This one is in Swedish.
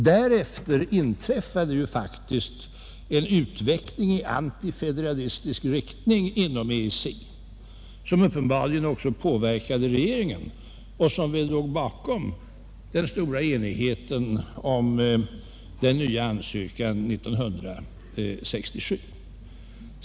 Därefter inträffade faktiskt en utveckling i antifederalistisk riktning inom EEC, vilken uppenbarligen också påverkade regeringen och väl låg bakom den stora enigheten om den nya ansökan 1967.